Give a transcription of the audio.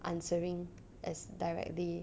answering as directly